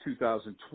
2020